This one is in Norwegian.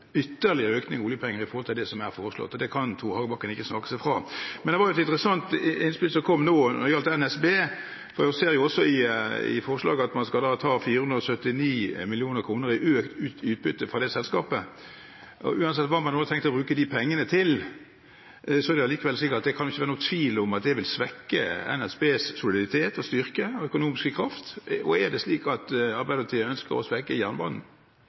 ytterligere økning i oljepengebruken enn det som er foreslått, og det kan ikke Tore Hagebakken snakke seg bort fra. Men det var et interessant innspill som kom nå, om NSB. Vi ser i forslaget at man skal ta 479 mill. kr i økt utbytte fra selskapet, og uansett hva man har tenkt å bruke de pengene til, er det slik at det kan ikke være noen tvil om at det vil svekke NSBs soliditet, styrke og økonomiske kraft. Er det slik at Arbeiderpartiet ønsker å svekke jernbanen?